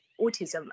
autism